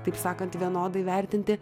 taip sakant vienodai vertinti